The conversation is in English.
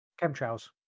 chemtrails